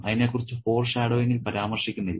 അതിനെക്കുറിച്ച് ഫോർഷാഡോയിങ്ങിൽ പരാമർശിക്കുന്നില്ല